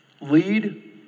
Lead